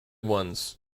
ones